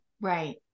Right